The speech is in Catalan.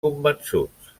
convençuts